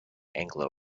anglo